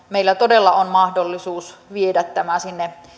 meillä todella on mahdollisuus viedä tämä sinne